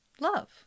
Love